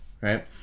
right